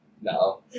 No